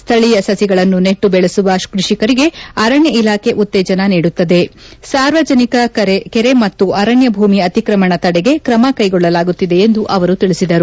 ಸ್ಥಳೀಯ ಸಹಿಗಳನ್ನು ನೆಟ್ಟು ಬೆಳೆಸುವ ಕೃಷಿಕರಿಗೆ ಅರಣ್ಯ ಇಲಾಖೆ ಉತ್ತೇಜನ ನೀಡುತ್ತದೆ ಸಾರ್ವಜನಿಕ ಕೆರೆ ಮತ್ತು ಅರಣ್ಯ ಭೂಮಿ ಅಕ್ರಿಮಣ ತಡೆಗೆ ತ್ರಮ ಕೈಗೊಳ್ಳಲಾಗುತ್ತಿದೆ ಎಂದು ಅವರು ತಿಳಿಸಿದರು